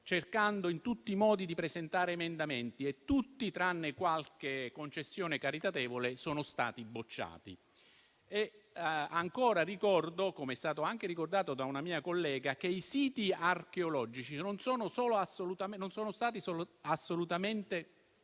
cercando in tutti i modi di presentare emendamenti e tutti, tranne qualche concessione caritatevole, sono stati bocciati. Ancora, ricordo - come ha fatto anche una mia collega - che i siti archeologici non sono stati assolutamente